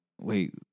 wait